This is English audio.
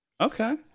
Okay